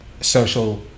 social